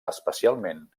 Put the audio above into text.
especialment